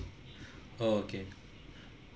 oh okay